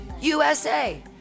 USA